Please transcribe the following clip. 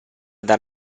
dar